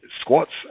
squats